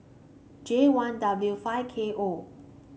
J one W five K O